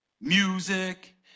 music